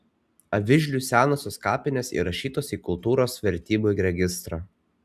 avižlių senosios kapinės įrašytos į kultūros vertybių registrą